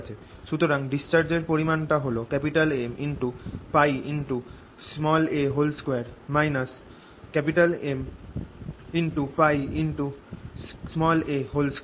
সুতরাং ডিসচার্জ এর পরিমাণ টা হল Mπa2 Mπa2